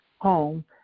home